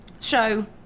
show